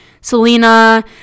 Selena